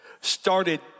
started